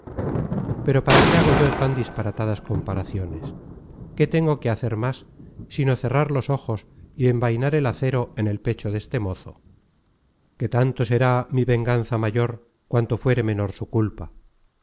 pero para qué hago yo tan disparatadas comparaciones qué tengo que hacer más sino cerrar los ojos y envainar el acero en el pecho deste mozo que tanto será mi venganza mayor cuanto fuere menor su culpa